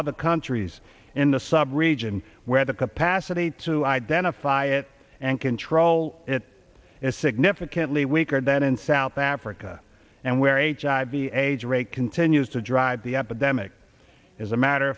other countries in the sub region where the capacity to identify it and control it is significantly weaker than in south africa and where each age rate continues to drive the epidemic is a matter